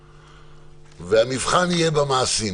המבחן יהיה במעשים.